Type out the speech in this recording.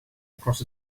across